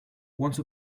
once